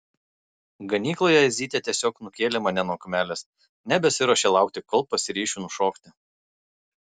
ganykloje jadzytė tiesiog nukėlė mane nuo kumelės nebesiruošė laukti kol pasiryšiu nušokti